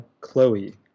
Chloe